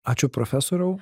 ačiū profesoriau